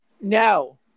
No